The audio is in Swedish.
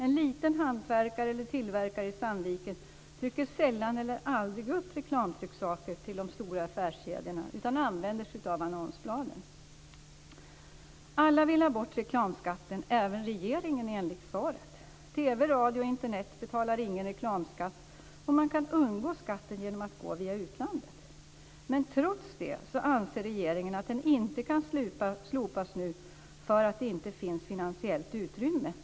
En liten hantverkare eller tillverkare i Sandviken trycker sällan eller aldrig upp reklamtrycksaker som de stora affärskedjorna, utan använder sig av annonsbladen. Alla vill ha bort reklamskatten - även regeringen, enligt svaret. TV, radio och Internet betalar ingen reklamskatt, och man kan undgå skatten genom att gå via utlandet. Men trots det anser regeringen att skatten inte kan slopas nu på grund av att det inte finns finansiellt utrymme.